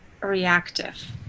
reactive